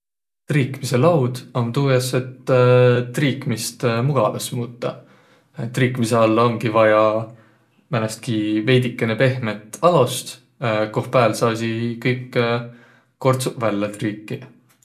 Triikmiselaud om tuu jaos, et triikmist mugavambas muutaq. Triimise alla omgi vaja määnestki veidikese pehmet alost, koh pääl saasiq kõik kordsuq vällä triikiq.